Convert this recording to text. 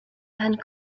and